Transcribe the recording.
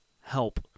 help